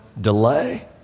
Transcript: delay